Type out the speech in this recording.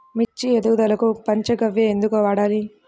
మిర్చి ఎదుగుదలకు పంచ గవ్య ఎందుకు వాడాలి?